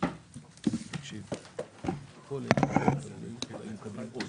(הישיבה נפסקה בשעה 11:50 ונתחדשה בשעה 12:05.)